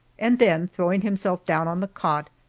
and then throwing himself down on the cot,